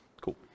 Cool